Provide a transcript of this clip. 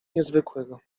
niezwykłego